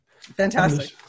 Fantastic